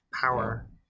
power